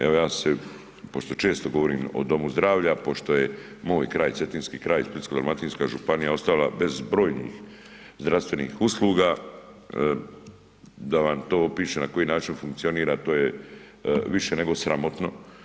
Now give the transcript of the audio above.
Evo pošto ja često govorim o domu zdravlju, pošto je moj kraj Cetinski kraj i Splitsko-dalmatinska županija ostala bez brojnih zdravstvenih usluga, da vam to opišem na koji način funkcionira to je više nego sramotno.